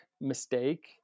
mistake